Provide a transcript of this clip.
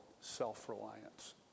self-reliance